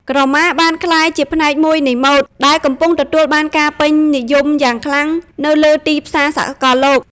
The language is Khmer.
ក្រមាបានក្លាយជាផ្នែកមួយនៃម៉ូដ ដែលកំពុងទទួលបានការពេញនិយមយ៉ាងខ្លាំងនៅលើទីផ្សារសកលលោក។